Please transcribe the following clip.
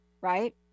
right